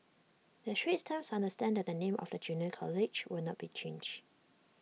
the straits times understands that the name of the junior college will not be changed